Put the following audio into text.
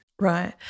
Right